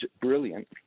brilliant